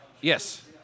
Yes